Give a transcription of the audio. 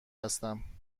هستم